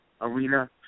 arena